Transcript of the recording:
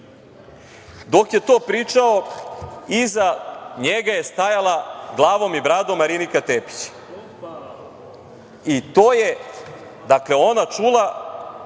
je to pričao, iza njega je stajala glavom i bradom Marinika Tepić. I to je ona čula,